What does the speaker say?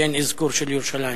שאין אזכור של ירושלים.